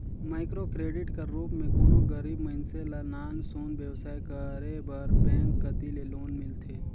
micro credit कर रूप में कोनो गरीब मइनसे ल नान सुन बेवसाय करे बर बेंक कती ले लोन मिलथे